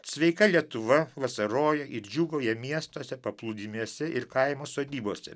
sveika lietuva vasaroja ir džiūgauja miestuose paplūdimiuose ir kaimo sodybose